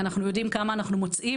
אנחנו יודעים כמה אנחנו מוצאים.